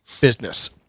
business